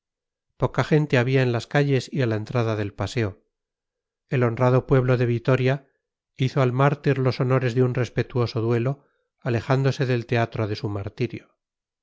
poca gente había en las calles y a la entrada del paseo el honrado pueblo de vitoria hizo al mártir los honores de un respetuoso duelo alejándose del teatro de su martirio